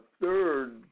third